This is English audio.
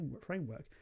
framework